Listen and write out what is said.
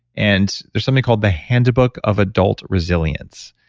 and there's something called the handbook of adult resilience,